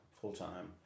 full-time